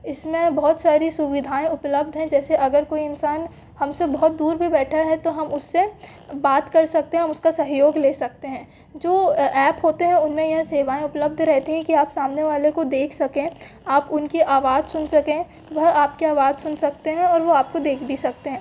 इसमें बहुत सारी सुविधाऍं उपलब्ध हैं जैसे अगर कोई इंसान हम से बहुत दूर भी बैठा है तो हम उससे बात कर सकते हैं हम उसका सहयोग ले सकते हैं जो ऐप होते हैं उन में यह सेवाऍं उपलब्ध रहेती हैं कि आप सामने वाले को देख सकें आप उनकी आवाज़ सुन सकें वह आपकी आवाज़ सुन सकते हैं और वो आपको देख भी सकते हैं